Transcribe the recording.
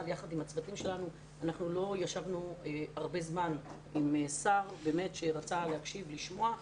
יחד עם הצוותים שלנו הרבה זמן לא ישבנו עם שר שרצה להקשיב ולשמוע.